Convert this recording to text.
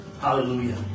Hallelujah